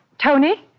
Tony